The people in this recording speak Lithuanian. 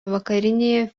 vakarinėje